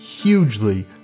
hugely